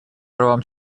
правам